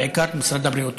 בעיקר את משרד הבריאות.